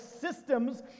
systems